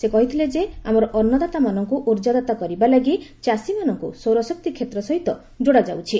ସେ କହିଥିଲେ ଯେ ଆମର ଅନ୍ନଦାତାମାନଙ୍କୁ ଉର୍ଜାଦାତା କରିବା ଲାଗି ଚାଷୀମାନଙ୍କୁ ସୌରଶକ୍ତି କ୍ଷେତ୍ର ସହିତ ଯୋଡ଼ାଯାଉଛି